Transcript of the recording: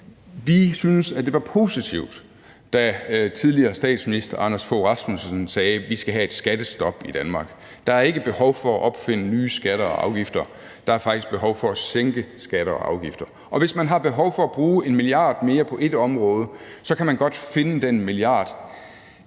Vi synes, at det var positivt, da tidligere statsminister Anders Fogh Rasmussen sagde, at vi skal have et skattestop i Danmark. Der er ikke behov for at opfinde nye skatter og afgifter, der er faktisk behov for at sænke skatter og afgifter. Og hvis man har behov for at bruge en milliard mere på ét område, kan man godt finde den milliard